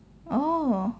oh